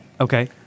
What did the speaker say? Okay